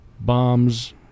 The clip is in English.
bombs